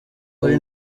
muri